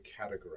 categorize